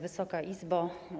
Wysoka Izbo!